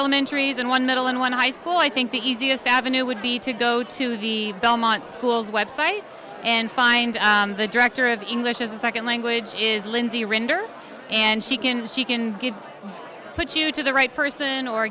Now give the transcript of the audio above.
elementary is in one middle and when i school i think the easiest avenue would be to go to the belmont school's website and find the director of inclusion as a second language is lindsay rinder and she can she can get put you to the right person or